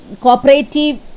cooperative